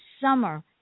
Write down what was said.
Summer